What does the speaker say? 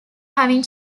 having